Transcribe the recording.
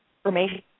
information